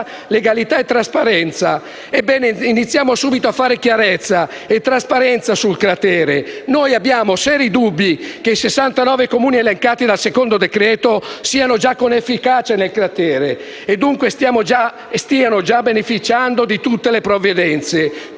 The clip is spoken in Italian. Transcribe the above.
legalità e trasparenza. Ebbene, iniziamo subito a fare chiarezza e trasparenza sul cratere. Noi abbiamo seri dubbi che i 69 Comuni elencati dal secondo decreto-legge siano già con efficacia nel cratere e dunque stiano già beneficiando di tutte le provvidenze.